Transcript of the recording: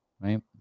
right